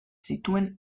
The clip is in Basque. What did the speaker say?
zituen